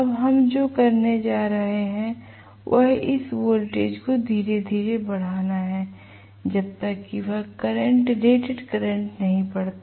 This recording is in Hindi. अब हम जो करने जा रहे हैं वह इस वोल्टेज को धीरे धीरे बढ़ाना है जब तक कि यह करंट रेटेड करंट नहीं पढ़ता